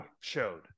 showed